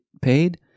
paid